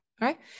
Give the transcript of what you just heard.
right